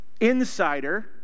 insider